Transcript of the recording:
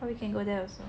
so we can go there also